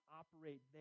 operate